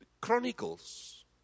Chronicles